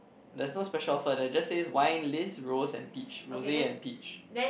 there's no special offer they just say wine list rose and peach rosy and peach